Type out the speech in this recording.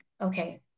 okay